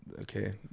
Okay